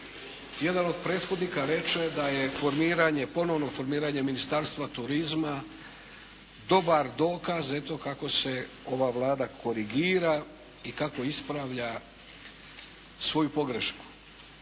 Jedan od prethodnika reče da je formiranje, ponovno formiranje Ministarstva turizma dobar dokaz eto kako se ova Vlada korigira i kako ispravlja svoju pogrešku.